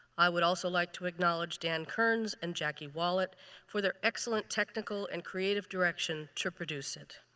i would also like to acknowledge dan kearns and jackie wallet for their excellent technical and creative direction to produce it.